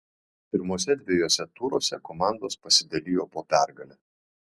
pirmuose dviejuose turuose komandos pasidalijo po pergalę